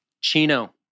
Chino